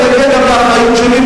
ואני אגיע גם לאחריות שלי,